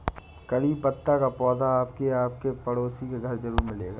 करी पत्ता का पौधा आपके या आपके पड़ोसी के घर ज़रूर मिलेगा